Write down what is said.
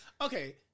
Okay